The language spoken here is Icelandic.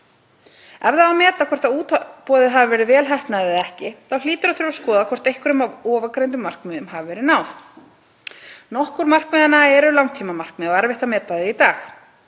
Ef það á að meta hvort útboðið hafi verið vel heppnað eða ekki þá hlýtur að þurfa að skoða hvort einhverjum af ofangreindum markmiðum hafi verið náð. Nokkur markmiðanna eru langtímamarkmið og erfitt að meta þau í dag.